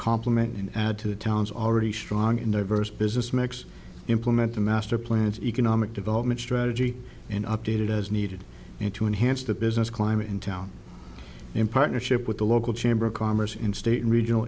complement and add to the town's already strong in diverse business mix implementing master plan and economic development strategy and updated as needed and to enhance the business climate in town in partnership with the local chamber of commerce in state and regional